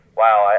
wow